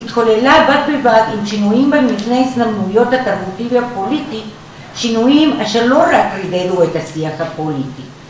התחוללה בת בבת עם שינויים במבנה הזדמנויות התרבותית והפוליטית שינויים אשר לא רק רידדו את השיח הפוליטי